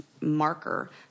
marker